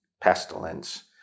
pestilence